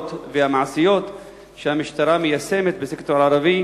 והמעשיות שהמשטרה מיישמת בסקטור הערבי,